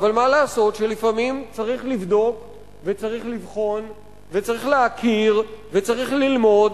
אבל מה לעשות שלפעמים צריך לבדוק וצריך לבחון וצריך להכיר וצריך ללמוד,